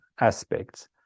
aspects